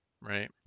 Right